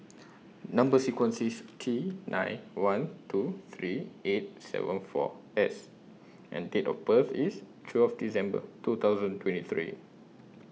Number sequence IS T nine one two three eight seven four S and Date of birth IS twelve December two thousand twenty three